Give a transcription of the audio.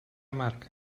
marca